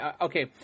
Okay